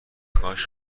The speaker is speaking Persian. کاش